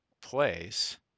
place